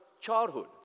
childhood